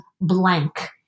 blank